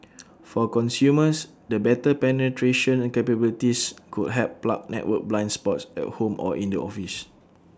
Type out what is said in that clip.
for consumers the better penetration capabilities could help plug network blind spots at home or in the office